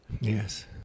Yes